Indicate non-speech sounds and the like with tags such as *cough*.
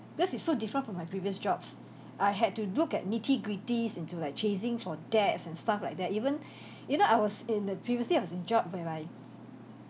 because it's so different from my previous jobs *breath* I had to look at nitty gritties into like chasing for debts and stuff like that even *breath* you know I was in the previously I was in a job whereby